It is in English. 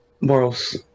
Morals